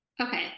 Okay